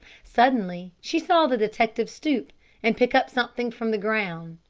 suddenly she saw the detective stoop and pick up something from the ground,